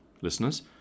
listeners